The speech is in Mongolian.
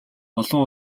олон